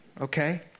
okay